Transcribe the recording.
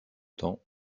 temps